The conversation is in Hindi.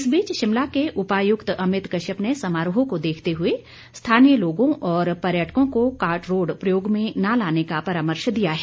इस बीच शिमला के उपायुक्त अमित कश्यप ने समारोह को देखते हुए स्थानीय लोगों और पर्यटकों को कार्ट रोड़ प्रयोग में न लाने का परामर्श दिया है